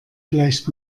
vielleicht